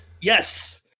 Yes